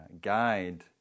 guide